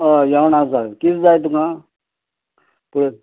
हय जेवण आसा किदें जाय तुका तर